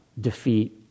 defeat